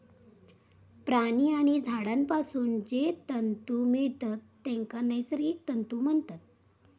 प्राणी आणि झाडांपासून जे तंतु मिळतत तेंका नैसर्गिक तंतु म्हणतत